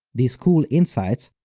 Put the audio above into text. these cool insights,